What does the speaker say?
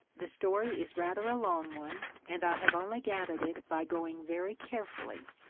the story is rather a long one and i have only gath ered it by going very carefully.